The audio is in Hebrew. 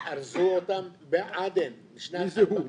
הם ארזו אותם בעדן --- מי זה הוא?